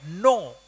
No